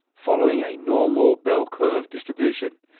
following a normal bell curve distribution.